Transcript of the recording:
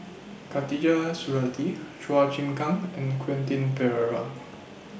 Khatijah Surattee Chua Chim Kang and Quentin Pereira